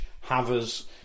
havers